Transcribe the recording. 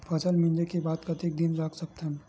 फसल मिंजे के बाद कतेक दिन रख सकथन?